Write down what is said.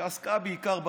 שעסקה בעיקר,